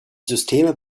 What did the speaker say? systeme